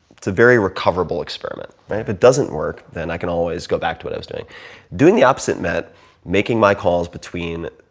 it's a very recoverable experiment. if it doesn't work, then i can always go back to what i was doing. doing the opposite meant making the calls between